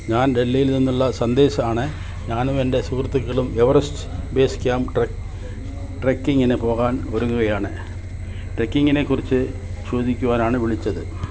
ഞാൻ ഡൽഹിയിൽ നിന്നുള്ള സന്ദേശ് ആണേ ഞാനും എന്റെ സുഹൃത്തുക്കളും എവറസ്റ്റ് ബേസ് ക്യാമ്പ് ട്രെക്ക് ട്രെക്കിങ്ങിന് പോകാൻ ഒരുങ്ങുകയാണ് ട്രെക്കിംഗിനെ കുറിച്ച് ചോദിക്കാനാണ് വിളിച്ചത്